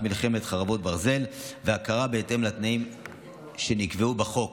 מלחמת חרבות ברזל ולהכרה בהתאם לתנאים שנקבעו בחוק.